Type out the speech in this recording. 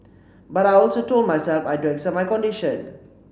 but I also told myself I had to accept my condition